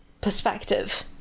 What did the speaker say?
perspective